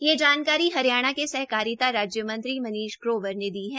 यह जानकारी हरियाणा के हरियाणा के सहकारिता राज्य मंत्री मनीष ग्रोबर ने दी है